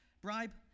bribe